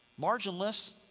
Marginless